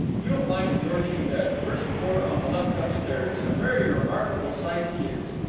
you'll find george in bed, first floor on the left upstairs, and a very remarkable sight he is.